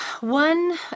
one